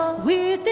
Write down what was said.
ah we